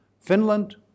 Finland